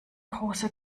große